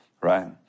right